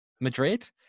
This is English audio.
Madrid